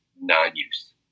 non-use